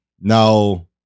Now